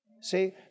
See